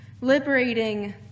Liberating